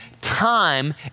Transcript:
time